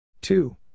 two